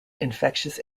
infectious